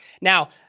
Now